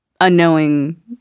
unknowing